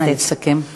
נא לסכם.